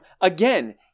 again